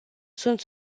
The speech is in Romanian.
sunt